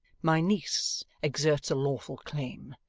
my niece exerts a lawful claim,